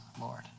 Lord